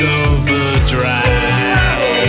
overdrive